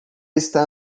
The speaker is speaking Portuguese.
está